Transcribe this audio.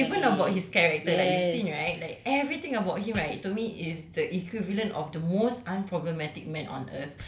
like don~ even about his character like everything about him right to me is the equivalent of the most unproblematic